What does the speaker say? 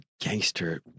gangster